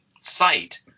site